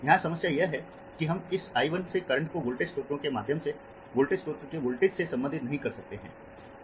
यहाँ समस्या यह है कि हम इस I 1 से करंट को वोल्टेज स्रोत के माध्यम से वोल्टेज स्रोत के वोल्टेज से संबंधित नहीं कर सकते हैं